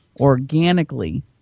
organically